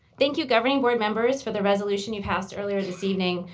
thank you, governing board members, for the resolution you passed earlier this evening,